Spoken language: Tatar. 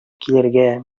килергә